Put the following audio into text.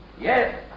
Yes